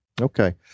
Okay